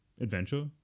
adventure